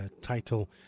title